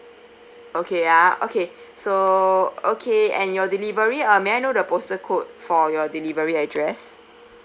okay ah okay so okay and your delivery uh may I know the postal code for your delivery address